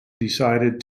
decided